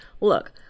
look